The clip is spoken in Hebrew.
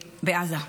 בעזה.